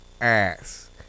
ass